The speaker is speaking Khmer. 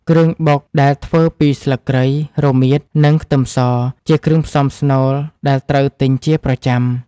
គ្រឿងបុកដែលធ្វើពីស្លឹកគ្រៃ រមៀត និងខ្ទឹមស ជាគ្រឿងផ្សំស្នូលដែលត្រូវទិញជាប្រចាំ។